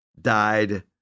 died